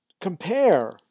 compare